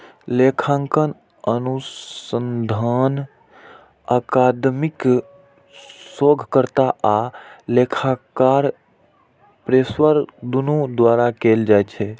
लेखांकन अनुसंधान अकादमिक शोधकर्ता आ लेखाकार पेशेवर, दुनू द्वारा कैल जाइ छै